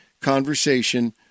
conversation